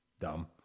dumb